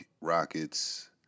Rockets